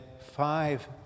five